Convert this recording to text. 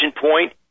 point